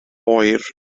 oer